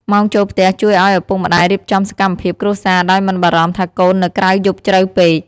ម៉ោងចូលផ្ទះជួយឱ្យឪពុកម្តាយរៀបចំសកម្មភាពគ្រួសារដោយមិនបារម្ភថាកូននៅក្រៅយប់ជ្រៅពេក។